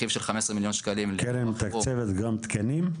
רכיב של 15 מיליון שקלים לפיתוח --- הקרן מתקצבת גם תקנים?